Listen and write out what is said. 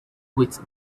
with